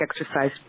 exercise